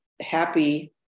happy